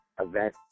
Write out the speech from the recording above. event